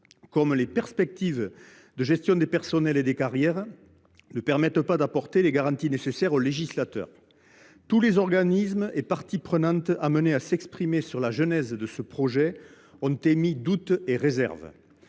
comme les perspectives de gestion des personnels et des carrières, ne permettent pas d’apporter au législateur les garanties nécessaires. Tous les organismes et parties prenantes amenés à s’exprimer sur la genèse de ce projet ont émis doutes et réserves.